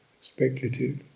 speculative